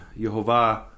Yehovah